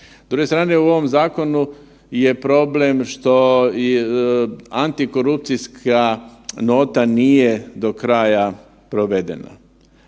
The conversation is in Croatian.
druge strane u ovom zakonu je problem što je antikorupcijska nota nije do kraja provedena